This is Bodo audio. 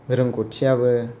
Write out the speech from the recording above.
रोंगथियाबो